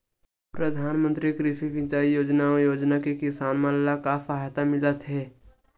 प्रधान मंतरी कृषि सिंचाई योजना अउ योजना से किसान मन ला का सहायता मिलत हे?